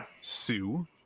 Sue